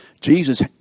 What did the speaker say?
Jesus